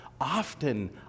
Often